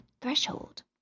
threshold